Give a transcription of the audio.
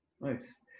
nice